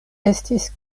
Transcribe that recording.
estis